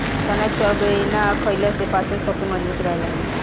चना चबेना खईला से पाचन शक्ति मजबूत रहेला